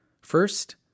First